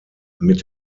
mit